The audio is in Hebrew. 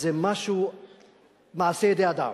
זה משהו מעשה ידי אדם.